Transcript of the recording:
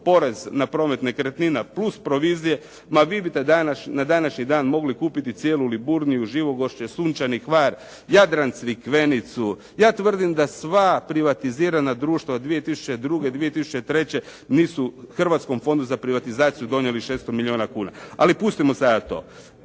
porez na promet nekretnina, plus provizije ma vi biste na današnji dan mogli kupiti cijelu Liburniju, Živogošće, Sunčani Hvar, Jadran, Crikvenicu, ja tvrdim da sva privatizirana društva od 2002., 2003. nisu Hrvatskom fondu za privatizaciju donijeli 600 milijuna kuna. Ali pustimo sada to.